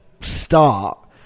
start